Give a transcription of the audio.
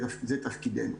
זה תפקידנו.